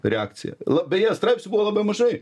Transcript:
reakcija la beje straipsnių buvo labai mažai